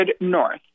north